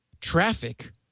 traffic